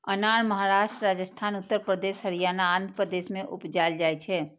अनार महाराष्ट्र, राजस्थान, उत्तर प्रदेश, हरियाणा, आंध्र प्रदेश मे उपजाएल जाइ छै